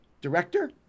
director